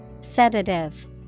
Sedative